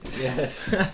Yes